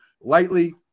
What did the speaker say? lightly